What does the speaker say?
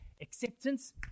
Acceptance